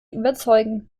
überzeugen